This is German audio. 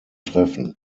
treffen